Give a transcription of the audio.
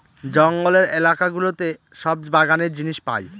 জঙ্গলের এলাকা গুলোতে সব বাগানের জিনিস পাই